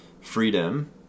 freedom